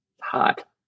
hot